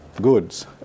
goods